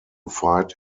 fight